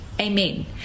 Amen